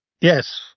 Yes